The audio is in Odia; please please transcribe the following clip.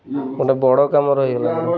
ଗୋଟେ ବଡ଼ କାମ ରହିଗଲା